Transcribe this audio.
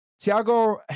Tiago